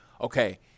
okay